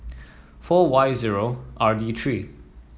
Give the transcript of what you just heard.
four Y zero R D three